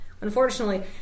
Unfortunately